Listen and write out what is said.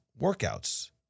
workouts